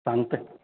सांगतं आहे